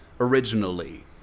originally